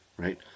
Right